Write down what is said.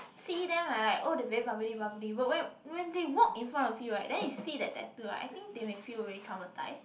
see them ah like oh they very bubbly bubbly but when when they walk in front of you right then you see that tattoo right I think they may feel very traumatised